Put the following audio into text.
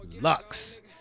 Lux